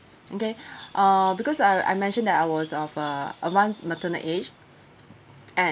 okay uh because I I mention that I was of uh advanced maternal age and